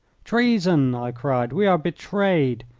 treason! i cried. we are betrayed!